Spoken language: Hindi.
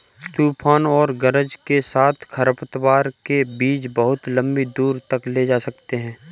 तूफान और गरज के साथ खरपतवार के बीज बहुत लंबी दूरी तक ले जा सकते हैं